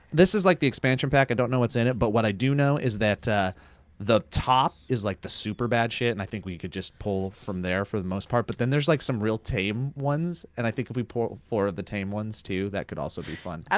this is like the expansion pack, i don't know what's in it, but what i do know is that ah the top is like the super bad shit, and i think we could just pull from there for the most part. but then there's like some real tame and i think if we pull four of the tame ones too that could also be fun. okay.